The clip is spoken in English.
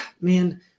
man